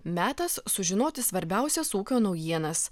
metas sužinoti svarbiausias ūkio naujienas